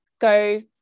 go